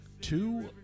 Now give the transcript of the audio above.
two